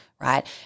Right